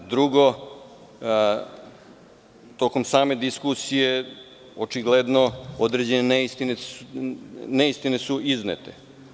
Drugo, tokom same diskusije očigledno su određene neistine iznete.